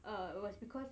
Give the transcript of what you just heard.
err it was because